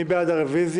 מי בעד הרביזיה?